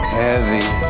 heavy